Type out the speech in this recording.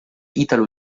italo